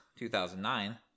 2009